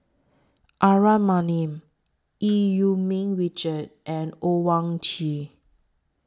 Aaron Maniam EU Yee Ming Richard and Owyang Chi